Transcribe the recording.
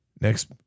Next